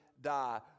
die